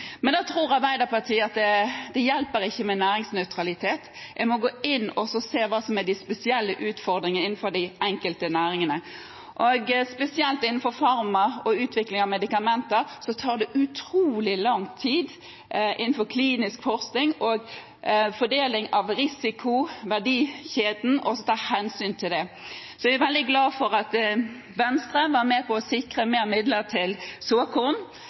tror ikke at det hjelper med næringsnøytralitet. En må gå inn og se på hva som er de spesielle utfordringene innenfor de enkelte næringene. Spesielt innenfor farma og utvikling av medikamenter – innenfor klinisk forskning – tar det utrolig lang tid å ta hensyn til fordeling av risiko og verdikjeden. Så jeg er veldig glad for at Venstre var med på å sikre flere midler til